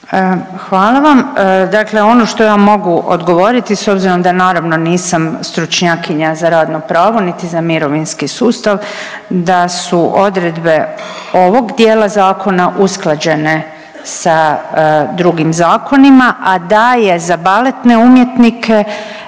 Hvala vam. Dakle, ono što ja mogu odgovoriti s obzirom da naravno nisam stručnjakinja za radno pravo, niti za mirovinski sustav, da su odredbe ovog dijela zakona usklađene sa drugim zakonima, a da je za baletne umjetnike